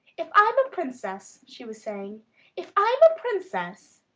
if i'm a princess, she was saying if i'm a princess!